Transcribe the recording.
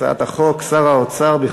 שר האוצר, שר האוצר.